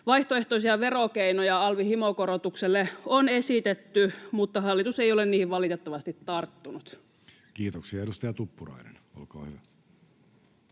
Vaihtoehtoisia verokeinoja alvin himokorotukselle on esitetty, mutta hallitus ei ole niihin valitettavasti tarttunut. [Speech 88] Speaker: Jussi